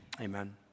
amen